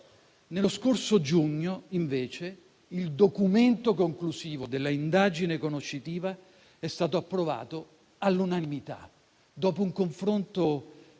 Nello scorso giugno, invece, il documento conclusivo della indagine conoscitiva è stato approvato all'unanimità, dopo un confronto